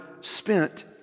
spent